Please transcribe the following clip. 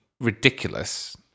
ridiculous